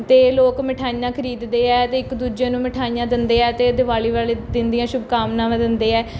ਅਤੇ ਲੋਕ ਮਿਠਾਈਆਂ ਖਰੀਦਦੇ ਹੈ ਅਤੇ ਇੱਕ ਦੂਜੇ ਨੂੰ ਮਿਠਾਈਆਂ ਦਿੰਦੇ ਹੈ ਅਤੇ ਦੀਵਾਲੀ ਵਾਲੇ ਦਿਨ ਦੀਆਂ ਸ਼ੁਭਕਾਮਨਾਵਾਂ ਦਿੰਦੇ ਹੈ